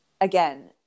again